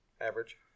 average